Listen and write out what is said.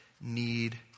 need